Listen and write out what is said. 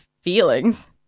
feelings